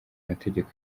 amategeko